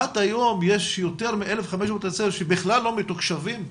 עד היום יש יותר מ-1,500 בתי ספר שבכלל לא מתוקשבים?